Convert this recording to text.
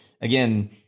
again